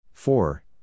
Four